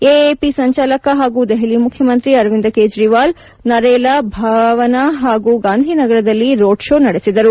AAP ಸಂಚಾಲಕ ಹಾಗೂ ದೆಹಲಿ ಮುಖ್ಯಮಂತ್ರಿ ಅರವಿಂದ್ ಕೇಜ್ರಿವಾಲ್ ನರೇಲಾ ಭಾವನಾ ಹಾಗೂ ಗಾಂಧಿನಗರದಲ್ಲಿ ರೋಡ್ ಶೋ ನಡೆಸಿದರು